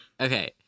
Okay